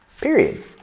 Period